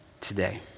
today